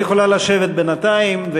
גברתי יכולה לשבת בינתיים,